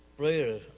Prayer